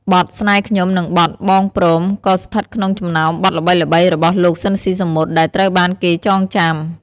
បទ"ស្នេហ៍ខ្ញុំ" និងបទ "បងព្រម" ក៏ស្ថិតក្នុងចំណោមបទល្បីៗរបស់លោក ស៊ីន ស៊ីសាមុត ដែលត្រូវបានគេចងចាំ។